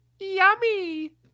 Yummy